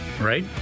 right